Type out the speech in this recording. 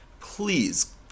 please